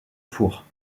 four